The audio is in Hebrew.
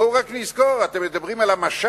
בואו ורק נזכור: אתם מדברים על המשט?